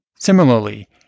Similarly